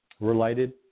related